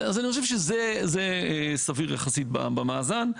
אז אני חושב שזה סביר יחסית במאזן.